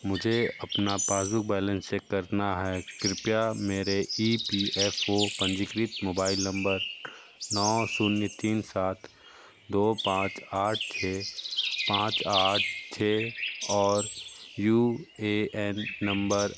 मुझे अपना passbook balance check करना है कृपया मेरे ई पी एफ ओ पंजीकृत मोबाइल नंबर नौ शून्य तीन सात दो पाँच आठ छ पाँच आठ छ और यू ए एन नंबर